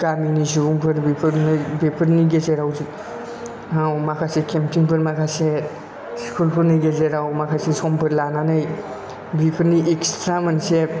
गामिनि सुबुंफोर बेफोरनि गेजेराव माखासे केमफिंफोर माखासे सिखुलफोरनि गेजेराव माखासे समफोर लानानै बेफोरनि इगस्ट्रा मोनसे